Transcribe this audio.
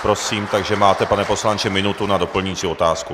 Prosím, takže máte, pane poslanče, minutu na doplňující otázku.